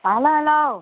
hello hello